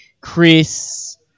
Chris